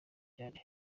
cyane